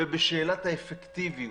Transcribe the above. ובשאלת האפקטיביות.